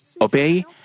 obey